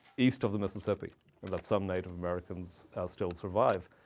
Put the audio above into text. east of the mississippi and that some native americans still survive.